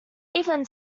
even